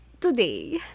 today